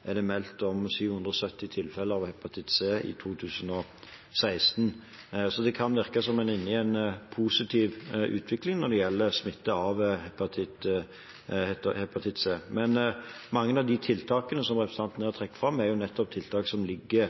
er det meldt om 770 tilfeller av hepatitt C i 2016. Det kan virke som en er inne i en positiv utvikling når det gjelder smitte av hepatitt C. Mange av de tiltakene som representanten trekker fram her, er nettopp tiltak som ligger